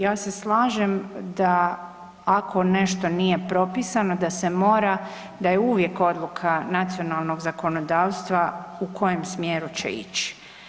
Ja se slažem da ako nešto nije propisano da se mora, da je uvijek odluka nacionalnog zakonodavstva u kojem smjeru će ići.